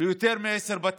ליותר מעשרה בתים.